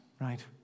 right